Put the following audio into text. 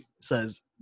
says